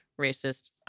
racist